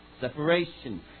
separation